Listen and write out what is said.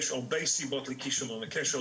יש הרבה סיבות לכישלון הקשר,